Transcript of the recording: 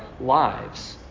lives